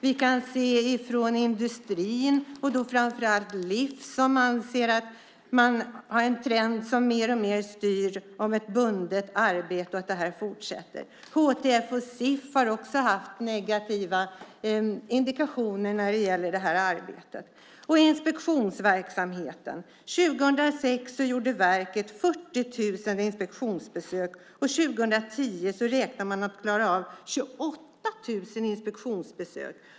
Vi kan se från industrin, framför allt Livs, som anser att man har en trend som mer och mer styrs av ett bundet arbete och att detta fortsätter. HTF och Sif har också haft negativa indikationer när det gäller det här arbetet. År 2006 gjorde verket 40 000 inspektionsbesök. År 2010 räknar man med att klara av 28 000 inspektionsbesök.